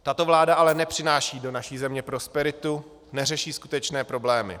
Tato vláda ale nepřináší do naší země prosperitu, neřeší skutečné problémy.